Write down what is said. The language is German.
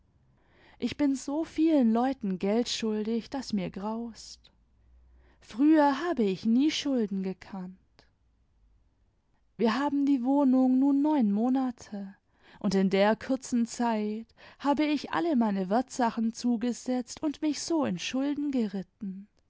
ich bin so vielen leuten gckl schuldig daß mir graust früher habe ich nie schulden gekannt wir haben die wohnung nun neun monate und in der kurzen zeit habe ich alle meine wertsachen zugesetzt und mich so in schulden geritten